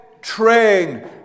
train